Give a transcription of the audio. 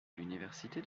l’université